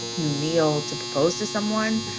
you kneel to propose to someone.